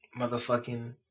motherfucking